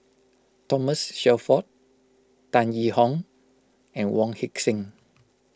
Thomas Shelford Tan Yee Hong and Wong Heck Sing